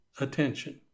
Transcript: attention